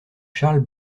charles